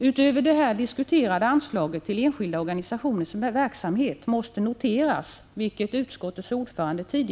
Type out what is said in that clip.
Utöver det här diskuterade anslaget till enskilda organisationers verksam het måste det noteras, vilket också utskottets ordförande har påpekat Prot.